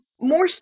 More